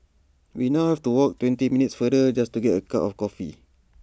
we now have to walk twenty minutes farther just to get A cup of coffee